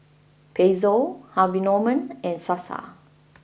Pezzo Harvey Norman and Sasa